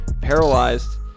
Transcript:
paralyzed